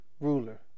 ruler